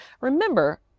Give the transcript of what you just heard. remember